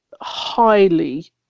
highly